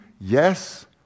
yes